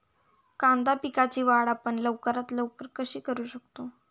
कांदा पिकाची वाढ आपण लवकरात लवकर कशी करू शकतो?